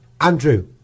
Andrew